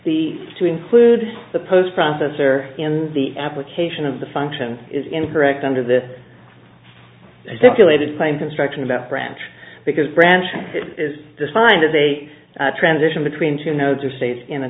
to include the post processor in the application of the function is incorrect under this ezekiel lated claim construction about branch because branch is defined as a transition between two nodes or states in a